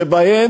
שבהן